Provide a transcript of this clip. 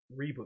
reboot